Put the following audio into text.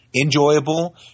Enjoyable